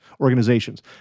organizations